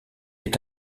est